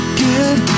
good